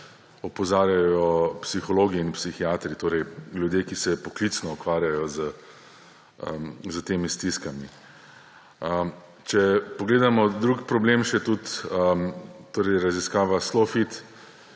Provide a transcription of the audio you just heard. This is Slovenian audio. opozarjajo psihologi in psihiatri, torej ljudje, ki se poklicno ukvarjajo z temi stiskami. Če pogledamo še drug problem, raziskava SLOfit